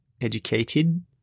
educated